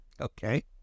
Okay